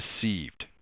deceived